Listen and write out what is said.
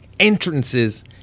entrances